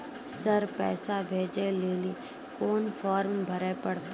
Sir पैसा भेजै लेली कोन फॉर्म भरे परतै?